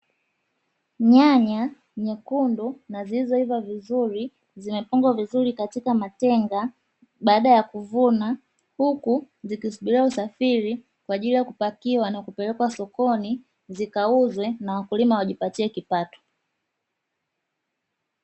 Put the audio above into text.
Nyanya nyekundu na zilizoiva vizuri zimepangwa vizuri katika matenga baada ya kuvuna, huku zikisubiria usafiri kwajili ya kupakiwa na kupelekwa sokoni zikauzwe na wakulima wajipatie kipato.